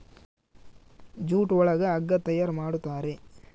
jute ಒಳಗ ಹಗ್ಗ ತಯಾರ್ ಮಾಡುತಾರೆ